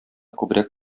күбрәк